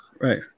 Right